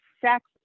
sex